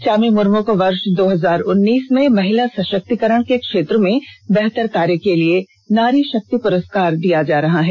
चामी मुर्मू को वर्ष दो हजार उन्नीस में महिला सषक्तिकरण के क्षेत्र में बेहतर कार्य के लिए नारीषक्ति पुरस्कार दिया जा रहा है